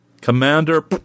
Commander